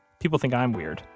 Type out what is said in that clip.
people think i'm weird,